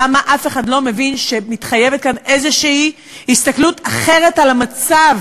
למה אף אחד לא מבין שמתחייבת כאן איזו הסתכלות אחרת על המצב?